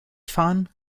fahren